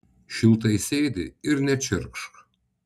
šiltai sėdi ir nečirkšk